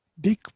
big